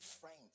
friends